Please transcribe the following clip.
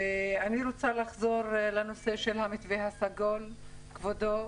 אני רוצה לחזור לנושא של המתווה הסגול, כבודו.